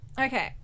Okay